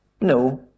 No